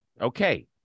Okay